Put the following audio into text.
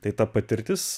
tai ta patirtis